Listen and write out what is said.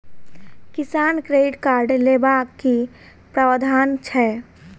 किसान credit card लेबाक की प्रावधान छै?